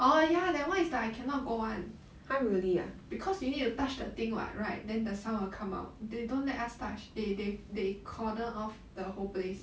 orh ya that [one] is the I cannot go [one] because you need to touch the thing [what] right then the sound will come out they don't let us touch they they they cordon off the whole place